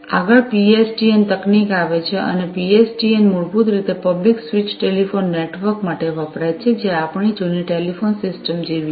આગળ પીએસટીએન તકનીક આવે છે અને પીએસટીએન મૂળભૂત રીતે પબ્લિક સ્વિચડ ટેલિફોન નેટવર્ક માટે વપરાય છે જે આપણી જૂની ટેલિફોન સિસ્ટમ્સ જેવી છે